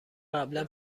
قبلا